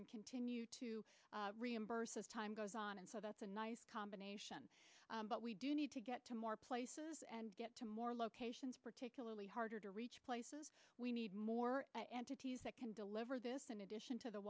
and continue to reimburse as time goes on and so that's a nice combination but we do need to get to more places and get to more locations particularly harder to reach places we need more entities that can deliver this in addition to the